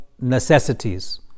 necessities